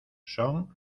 son